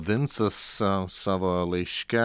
vincas sa savo laiške